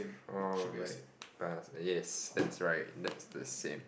alright pass yes that's right that's the same